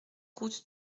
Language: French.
route